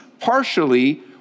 partially